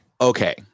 okay